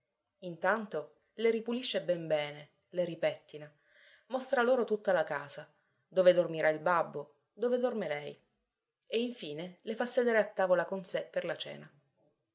intanto le ripulisce ben bene le ripettina mostra loro tutta la casa dove dormirà il babbo dove dorme lei e infine le fa sedere a tavola con sé per la cena